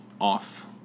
off